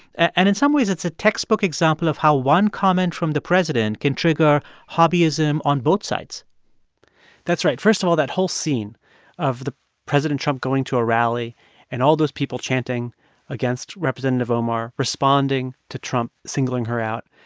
and in some ways, it's a textbook example of how one comment from the president can trigger hobbyism on both sides that's right. first of all, that whole scene of the president trump going to a rally and all those people chanting against representative omar, responding to trump singling her out,